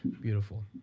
beautiful